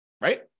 Right